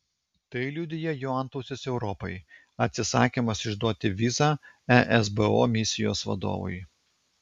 tai liudija jo antausis europai atsisakymas išduoti vizą esbo misijos vadovui